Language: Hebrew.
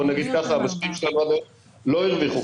בוא נגיד ככה: המשקיעים שלנו עד היום לא הרוויחו כסף.